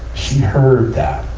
she heard that